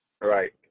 Right